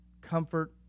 comfort